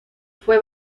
fue